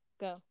Go